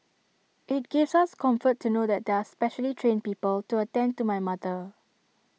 IT gives us comfort to know that there are specially trained people to attend to my mother